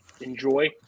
Enjoy